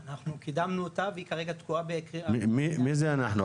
אנחנו קידמנו אותה וכרגע היא תקועה בקריאה מי זה אנחנו?